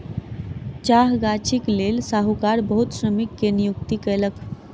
चाह गाछीक लेल साहूकार बहुत श्रमिक के नियुक्ति कयलक